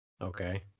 Okay